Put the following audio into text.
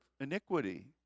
iniquity